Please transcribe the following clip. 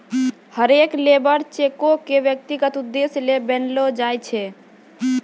हरेक लेबर चेको क व्यक्तिगत उद्देश्य ल बनैलो जाय छै